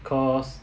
because